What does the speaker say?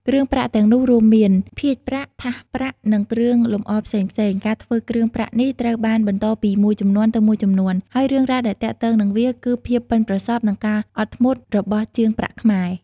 គ្រឿងប្រាក់ទាំងនោះរួមមាន ភាជន៍ប្រាក់ ថាសប្រាក់ និងគ្រឿងលម្អផ្សេងៗ។ ការធ្វើគ្រឿងប្រាក់នេះត្រូវបានបន្តពីមួយជំនាន់ទៅមួយជំនាន់ ហើយរឿងរ៉ាវដែលទាក់ទងនឹងវា គឺ ភាពប៉ិនប្រសប់និងការអត់ធ្មត់ របស់ជាងប្រាក់ខ្មែរ។